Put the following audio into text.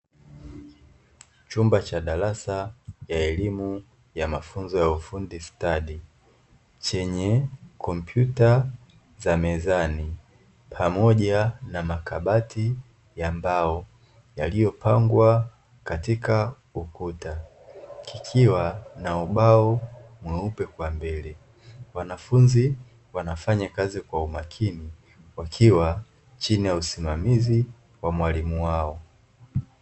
Chumba cha darasa ya elimu ya mafunzo ya ufundi stadi, chenye kompyuta za mezani pamoja na makabati ya mbao yaliyopangwa katika ukuta, kikiwa na ubao mweupe kwa mbele. Wanafunzi wanafanya kazi kwa umakini, wakiwa chini ya usimamizi wa mwalimu wao.